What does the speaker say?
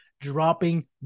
dropping